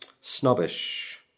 snobbish